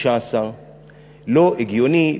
16%. לא הגיוני,